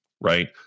right